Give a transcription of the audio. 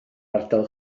ardal